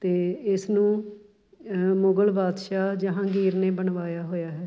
ਅਤੇ ਇਸ ਨੂੰ ਮੁਗਲ ਬਾਦਸ਼ਾਹ ਜਹਾਂਗੀਰ ਨੇ ਬਣਵਾਇਆ ਹੋਇਆ ਹੈ